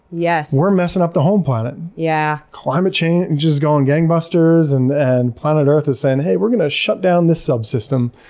yes! we're messing up the home planet. yeah climate change is going gangbusters and and planet earth is saying, hey, we're going to shut down this subsystem.